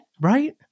Right